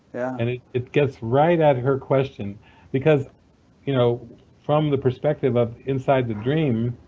and it it gets right at her question because you know from the perspective of inside the dream,